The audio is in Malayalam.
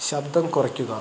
ശബ്ദം കുറയ്ക്കുക